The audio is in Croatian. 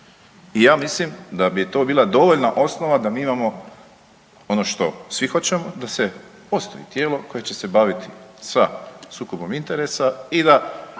I ja mislim da bi to bila dovoljna osnova da mi imamo ono što svi hoćemo, da postoji tijelo koje će se baviti sa sukobom interesa i da